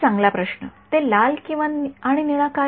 एक चांगला प्रश्न ते लाल आणि निळा काय आहे